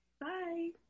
Bye